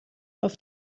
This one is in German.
auf